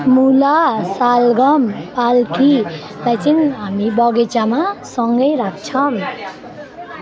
मुला सलगम पालकी त्यहाँ चाहिँ हामी बगैँचामा सँगै राख्छौँ